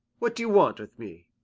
what do you want with me?